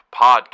Podcast